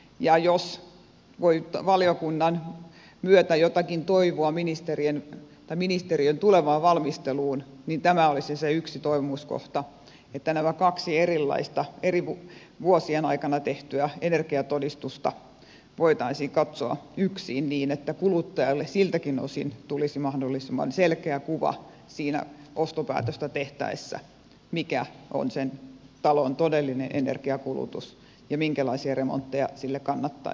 ja jos voi valiokunnan myötä jotakin toivoa ministeriön tulevaan valmisteluun niin tämä olisi se yksi toivomuskohta että nämä kaksi erilaista eri vuosien aikana tehtyä energiatodistusta voitaisiin katsoa yksiin niin että kuluttajalle siltäkin osin tulisi mahdollisimman selkeä kuva siinä ostopäätöstä tehtäessä mikä on sen talon todellinen energiankulutus ja minkälaisia remontteja siinä kannattaisi tehdä